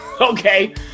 okay